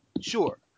Sure